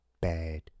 bad